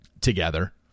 together